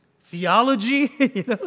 theology